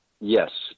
Yes